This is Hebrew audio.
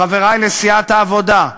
חברי לסיעת העבודה,